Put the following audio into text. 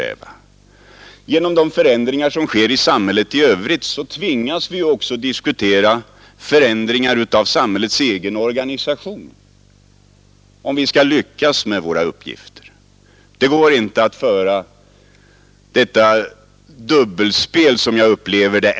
Och genom de förändringar som sker i samhället för övrigt tvingas vi också diskutera ändringar i samhällets egen organisation, om vi skall lyckas med våra uppgifter. Det går inte att föra detta dubbelspel, som jag upplever det.